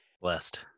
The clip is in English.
blessed